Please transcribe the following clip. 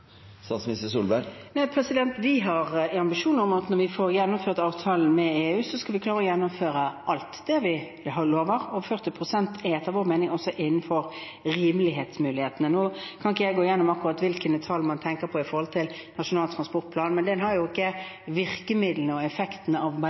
Vi har en ambisjon om at når vi får gjennomført avtalen med EU, skal vi klare å gjennomføre alt det vi har lovet. 40 pst. er etter vår mening innenfor rimelighetsmulighetene. Nå kan jeg ikke gå gjennom akkurat hvilke tall man tenker på i forbindelse med Nasjonal transportplan, men den har ikke